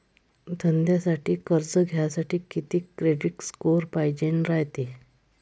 धंद्यासाठी कर्ज घ्यासाठी कितीक क्रेडिट स्कोर पायजेन रायते?